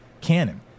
canon